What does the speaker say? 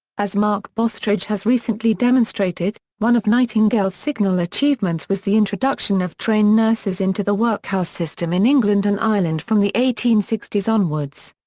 as mark bostridge has recently demonstrated, one of nightingale's signal achievements was the introduction of trained nurses into the workhouse system in england and ireland from the eighteen sixty s onwards.